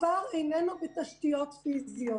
הפער איננו בתשתיות פיזיות,